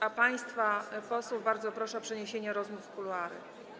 A państwa posłów bardzo proszę o przeniesienie rozmów w kuluary.